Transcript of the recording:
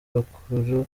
bakuru